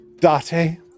Date